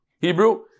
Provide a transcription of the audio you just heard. Hebrew